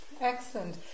Excellent